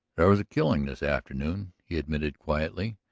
there was a killing this afternoon, he admitted quietly.